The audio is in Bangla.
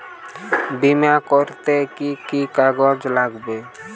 বিমা করতে কি কি কাগজ লাগবে?